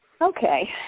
Okay